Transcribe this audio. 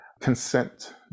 consent